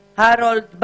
נדחה.